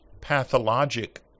pathologic